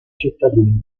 cittadino